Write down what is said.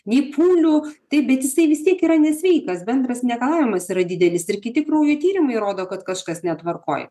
nei pūlių taip bet jisai vis tiek yra nesveikas bendras negalavimas yra didelis ir kiti kraujo tyrimai rodo kad kažkas netvarkoj